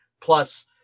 plus